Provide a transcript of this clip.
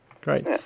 great